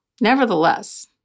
Nevertheless